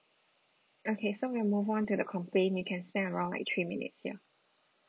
okay so we move on to the complaint you can spend around like three minutes here